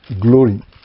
glory